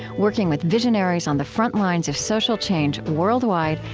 working with visionaries on the front lines of social change worldwide,